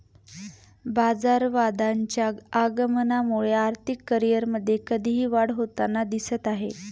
बाजारवादाच्या आगमनामुळे आर्थिक करिअरमध्ये कधीही वाढ होताना दिसत आहे